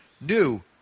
new